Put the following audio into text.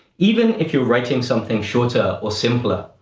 even if you're writing something shorter or simpler,